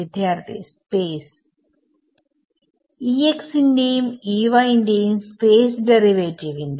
വിദ്യാർത്ഥി സ്പേസ് ന്റെയും ന്റെയും സ്പേസ് ഡെറിവേറ്റീവ്സിന്റെ